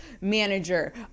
manager